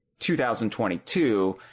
2022